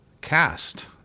cast